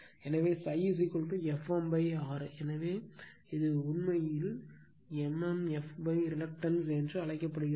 எனவே ∅ Fm R எனவே இது உண்மையில் mmf ரிலக்டன்ஸ் என்று அழைக்கப்படுகிறது